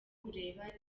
kureba